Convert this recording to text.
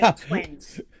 twins